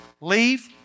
Leave